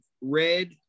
red